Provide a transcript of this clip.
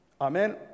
Amen